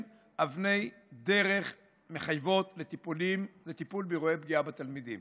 אבני דרך מחייבות לטיפול באירועי פגיעה בתלמידים.